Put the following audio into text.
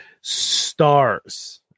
stars